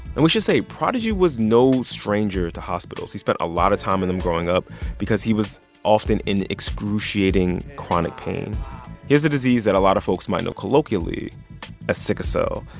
and we should say, prodigy was no stranger to hospitals. he spent a lot of time in them growing up because he was often in excruciating chronic pain he has a disease that a lot of folks might know colloquially as ah sickle cell,